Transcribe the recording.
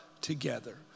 together